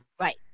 Right